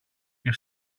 και